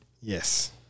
Yes